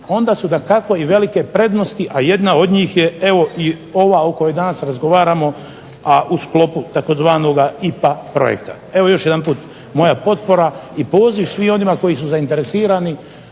onda su dakako i velike prednosti, a jedna od njih je evo i ova o kojoj danas razgovaramo, a u sklopu tzv. IPA projekta. Evo još jedanput moja potpora i poziv svim onima koji su zainteresirani,